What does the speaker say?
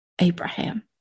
Abraham